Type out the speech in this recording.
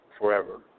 forever